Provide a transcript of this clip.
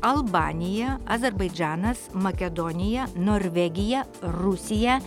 albanija azerbaidžanas makedonija norvegija rusija